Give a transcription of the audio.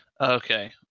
Okay